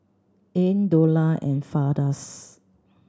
Ain Dollah and Firdaus